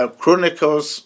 Chronicles